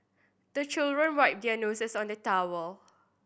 the children wipe their noses on the towel